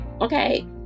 Okay